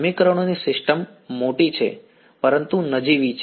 સમીકરણોની સિસ્ટમ મોટી છે પરંતુ નજીવી છે